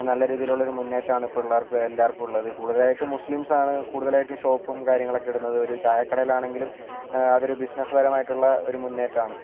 നല്ല രീതിയിലുള്ള ഒരു മുന്നേറ്റം ആണ് ഇപ്പോൾ ഉള്ളവർക്കും എല്ലാവർക്കും ഉള്ളത് കൂടുതലായിട്ടും മുസ്ലിംസ് ആണ് കൂടുതലായിട്ടും ഷോപ്പും കാര്യങ്ങളൊക്കെ ഇടുന്നത് ഒരു ചായക്കടയിലാണെങ്കിലും അതൊരു ബിസിനസ്സ് പരമായിട്ടുള്ള ഒരു മുന്നേറ്റമാണ്